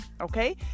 okay